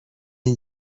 این